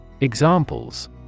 Examples